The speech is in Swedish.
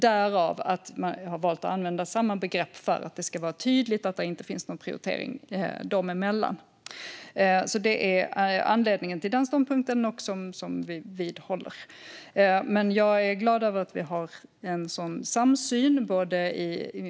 Därför har vi valt att använda samma begrepp för att det ska vara tydligt att det inte finns någon prioritering dem emellan. Det är anledningen till den ståndpunkten, och vi vidhåller den. Jag är glad över att vi har en samsyn.